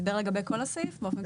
הסבר לגבי כל הסעיף?